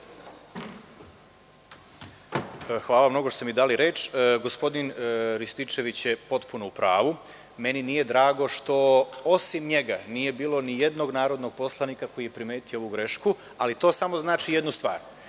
Hvala što ste mi dali reč. Gospodin Rističević je potpuno u pravu. Nije mi drago što osim njega nije bilo nijednog drugog narodnog poslanika koji je primetio ovu grešku. To znači samo jednu stvar,